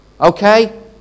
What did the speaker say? Okay